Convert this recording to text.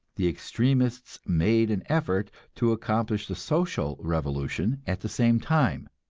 the extremists made an effort to accomplish the social revolution at the same time.